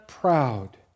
proud